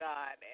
God